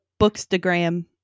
bookstagram